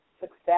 success